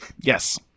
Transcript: Yes